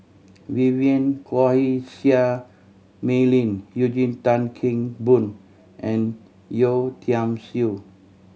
Vivien Quahe Seah Mei Lin Eugene Tan Kheng Boon and Yeo Tiam Siew